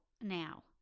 now